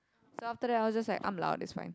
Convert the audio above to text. so after that I was just like I'm loud it's fine